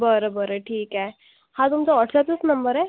बरं बरं ठीक आहे हा तुमचा व्हॉट्सअपचाच नंबर आहे